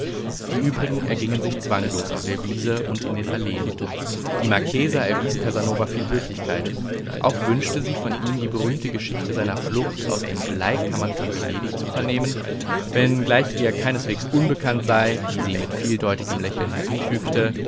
die übrigen ergingen sich zwanglos auf der wiese und in den alleen die marchesa erwies casanova viel höflichkeit auch wünschte sie von ihm die berühmte geschichte seiner flucht aus den bleikammern von venedig zu vernehmen wenngleich ihr keineswegs unbekannt sei wie sie mit vieldeutigem lächeln hinzufügte